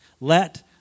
Let